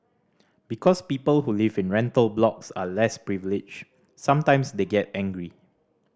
because people who live in rental blocks are less privileged sometimes they get angry